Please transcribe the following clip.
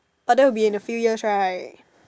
but that will be in a few years right